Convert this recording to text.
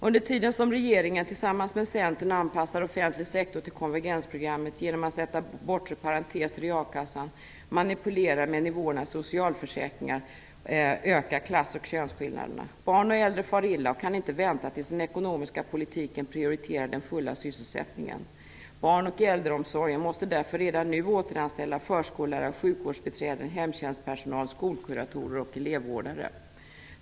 Under tiden som regeringen tillsammans med Centern anpassar den offentliga sektorn till konvergensprogrammet, genom att sätta bortre parenteser i a-kassan och manipulera med nivåerna i socialförsäkringarna, ökar klass och könsskillnaderna. Barn och äldre far illa och kan inte vänta tills den ekonomiska politiken prioriterar den fulla sysselsättningen. Barnoch äldreomsorgen måste därför redan nu återanställa förskollärare, sjukvårdsbiträden, hemtjänstpersonal, skolkuratorer och elevvårdare.